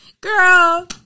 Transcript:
Girl